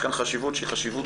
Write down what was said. יש כאן חשיבות שהיא כוללת,